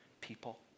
people